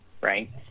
right